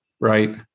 right